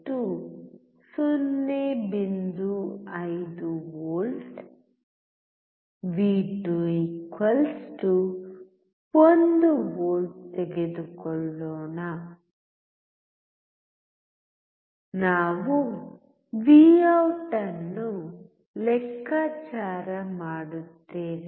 5 V V21 V ತೆಗೆದುಕೊಳ್ಳೋಣ ನಾವು Vout ಅನ್ನು ಲೆಕ್ಕಾಚಾರ ಮಾಡುತ್ತೇವೆ